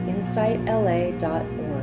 InsightLA.org